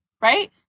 right